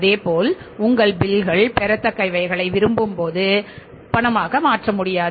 அதேபோல் உங்கள் பில்கள் பெறத்தக்கவைகளை விரும்பும் போது பணமாக மாற்ற முடியாது